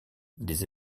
des